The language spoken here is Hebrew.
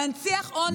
מנציח עוני ובורות,